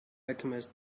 alchemist